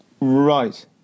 Right